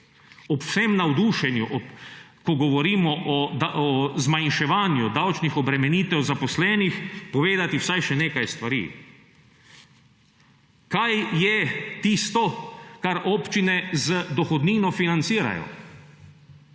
ob vsem navdušenju, ko govorimo o zmanjševanju davčnih obremenitev zaposlenih, povedati vsaj še nekaj stvari. Kaj je tisto, kar občine z dohodnino financirajo,